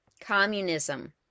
Communism